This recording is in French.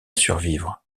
survivre